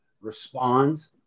responds